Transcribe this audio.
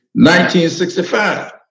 1965